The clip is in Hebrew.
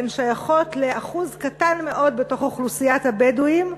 הן שייכות לאחוז קטן מאוד באוכלוסיית הבדואים,